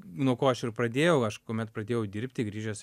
nuo ko aš ir pradėjau aš kuomet pradėjau dirbti grįžęs